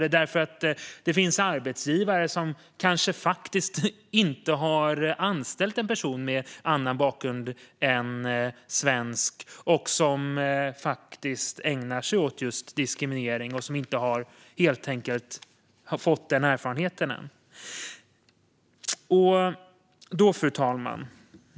Och det finns arbetsgivare som tidigare inte har anställt någon med annan bakgrund än svensk och som faktiskt ägnar sig åt just diskriminering. De har helt enkelt inte fått den erfarenheten än.